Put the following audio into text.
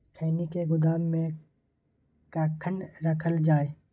खैनी के गोदाम में कखन रखल जाय?